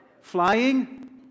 Flying